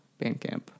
Bandcamp